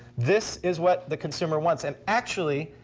this is what the consumer wants. and actually,